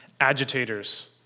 Agitators